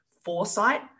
foresight